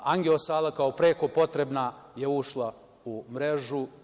Angio sala, kao preko potrebna, je ušla u mrežu.